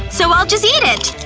so i'll just eat it!